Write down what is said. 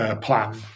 plan